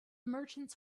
merchants